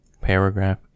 Paragraph